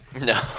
No